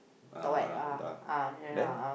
ah the there